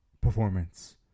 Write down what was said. performance